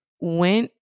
went